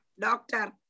Doctor